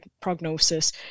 prognosis